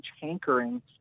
hankering